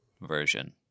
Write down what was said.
version